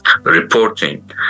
reporting